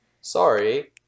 sorry